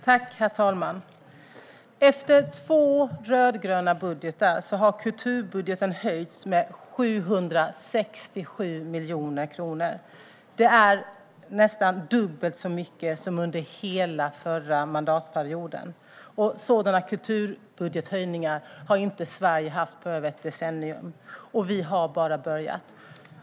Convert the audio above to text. Herr talman! Efter två rödgröna budgetar har kulturbudgeten höjts med 767 miljoner kronor. Det är nästan dubbelt så mycket som under hela förra mandatperioden. Sådana kulturbudgethöjningar har Sverige inte haft på över ett decennium. Och vi har bara börjat.